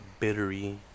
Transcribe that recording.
bittery